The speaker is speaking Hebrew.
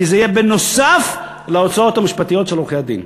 כי זה יהיה בנוסף להוצאות המשפטיות של עורכי-הדין.